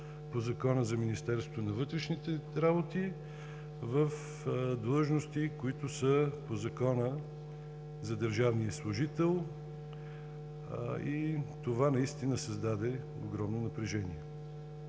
по Закона за Министерството на вътрешните работи в длъжности, които са по Закона за държавния служител, и това наистина създаде огромно напрежение.